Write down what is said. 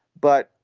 but,